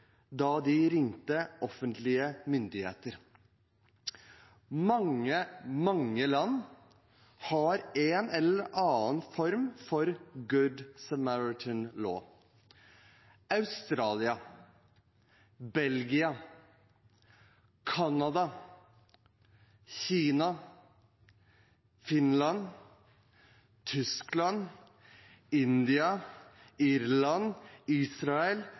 da de ringte offentlige myndigheter. Mange, mange land har en eller annen form for «Good Samaritan law»: Australia, Belgia, Canada, Kina, Finland, Tyskland, India, Irland, Israel,